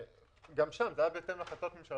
גם שם זה היה בהתאם להחלטות ממשלה